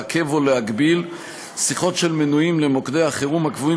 לעכב או להגביל שיחות של מנויים למוקדי החירום הקבועים